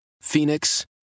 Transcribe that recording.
Phoenix